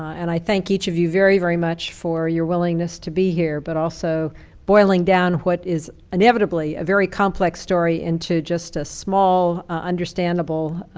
and i thank each of you very, very much for your willingness to be here but also boiling down what is inevitably a very complex story into just a small, understandable,